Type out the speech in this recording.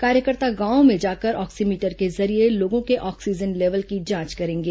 कार्यकर्ता गांवों में जाकर ऑक्सीमीटर के जरिये लोगों के ऑक्सीजन लेवल की जांच करेंगे